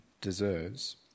deserves